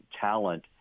talent